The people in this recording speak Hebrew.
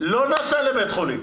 אבל הוא לא נסע לבית חולים.